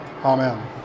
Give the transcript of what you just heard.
Amen